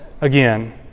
again